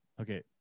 Okay